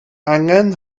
angen